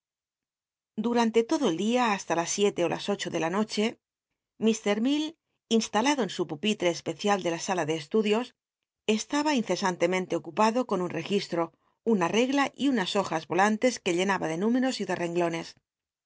tnle todo el dia hasta las siete ó las ocho de hl noche ir mell instalado en su jupilre especial de la sala de estudios estaba incesantemente ot npado con un regislt'o una tegla y unas hojas i'oian lcs que llenaba de númetos y ele renglones